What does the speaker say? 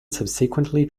subsequently